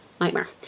Nightmare